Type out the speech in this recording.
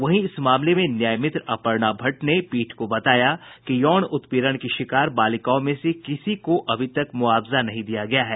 वहीं इस मामले में न्याय मित्र अपर्णा भट्ट ने पीठ को बताया कि यौन उत्पीड़न की शिकार बालिकाओं में से किसी को अभी तक मुआवजा नहीं दिया गया है